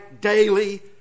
daily